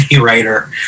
writer